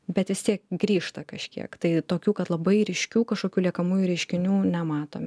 bet vis tiek grįžta kažkiek tai tokių kad labai ryškių kažkokių liekamųjų reiškinių nematome